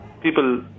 people